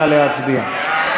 נא להצביע.